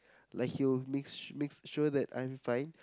like he will makes make sure that I'm fine